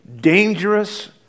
dangerous